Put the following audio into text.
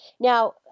Now